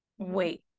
wait